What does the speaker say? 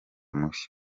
mushya